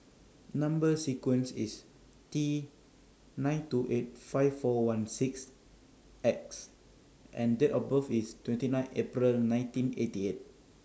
Number sequence IS T nine two eight five four one six X and Date of birth IS twenty nine April nineteen eighty eight